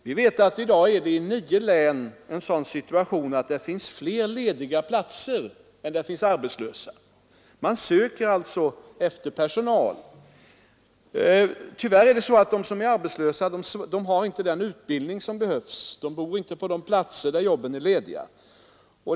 Vi vet att det i dag i nio län är en sådan situation att det finns flera lediga platser än det finns arbetslösa. Man söker alltså efter personal. Tyvärr är det så att de som är arbetslösa inte har den utbildning som behövs, och de bor inte på de platser där jobben är lediga.